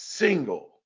single